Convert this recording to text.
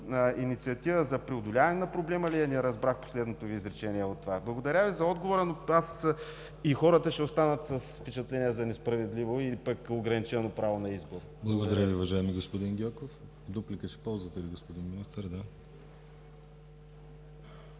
инициатива – за преодоляване на проблема ли е, не разбрах последното Ви изречение от това. Благодаря Ви за отговора, но и аз и хората ще останат с впечатление за несправедливо или ограничено право на избор. ПРЕДСЕДАТЕЛ ДИМИТЪР ГЛАВЧЕВ: Благодаря Ви, уважаеми господин Гьоков. Дуплика ще ползвате ли, господин Министър?